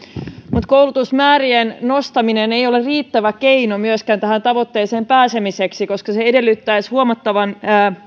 mutta koulutusmäärien nostaminen ei ole riittävä keino myöskään tähän tavoitteeseen pääsemiseksi koska se edellyttäisi huomattavaa